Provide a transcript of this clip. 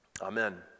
Amen